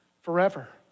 forever